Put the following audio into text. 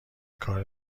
کار